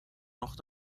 noch